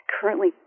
currently